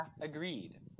agreed